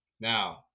Now